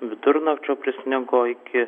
vidurnakčio prisnigo iki